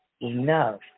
enough